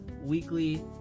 weekly